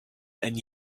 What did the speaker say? and